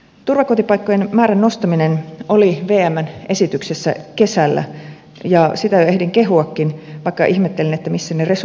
turvakotipaikkojen määrän nostaminen oli vmn esityksessä kesällä ja sitä jo ehdin kehuakin vaikka ihmettelin missä ne resurssit ovat